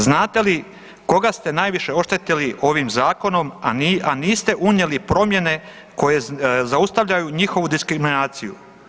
Znate li koga ste najviše oštetili ovim zakonom, a niste unijeli promjene koje zaustavljaju njihovu diskriminaciju?